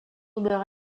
meurt